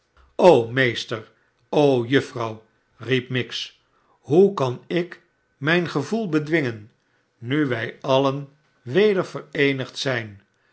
meester o juffrouw riep miggs hoe kan ik mijn gevoel bedwingen nu wij alien weder vereenigd zijn